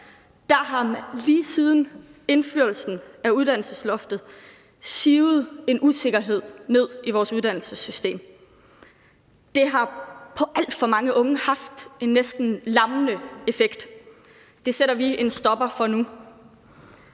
er der lige siden indførelsen af uddannelsesloftet sivet en usikkerhed ned i vores uddannelsessystem. Det har på alt for mange unge haft en næsten lammende effekt. Det sætter vi en stopper for nu.